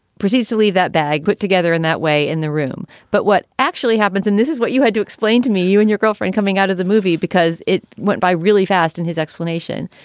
proceed to leave that bag put together in that way in the room. but what actually happens and this is what you had to explain to me. you and your girlfriend coming out of the movie because it went by really fast. and his explanation.